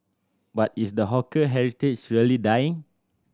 but is the hawker heritage really dying